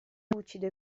lucido